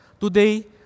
Today